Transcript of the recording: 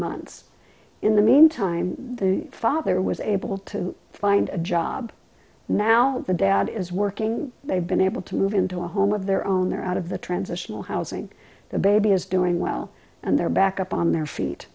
months in the meantime the father was able to find a job now the dad is working they've been able to move into a home of their own they're out of the transitional housing the baby is doing well and they're back up on their feet